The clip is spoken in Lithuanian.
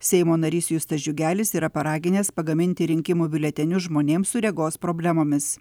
seimo narys justas džiugelis yra paraginęs pagaminti rinkimų biuletenius žmonėms su regos problemomis